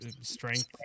strength